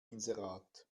inserat